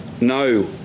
no